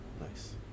Nice